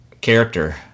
character